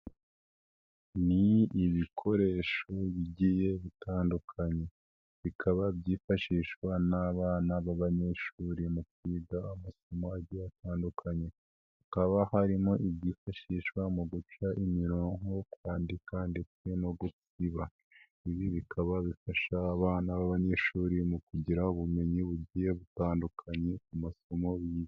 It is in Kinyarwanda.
Ni ibikoresho bigiye bitandukanye. Bikaba byifashishwa n'abana b'abanyeshuri mu kwiga amasomo agiye atandukanye. Hakaba harimo ibyifashishwa mu guca imirongo, nko kwandika, ndetse no gupima. Ibi bikaba bifasha abana b'abanyeshuri mu kugira ubumenyi bugiye butandukanye ku masomo bize.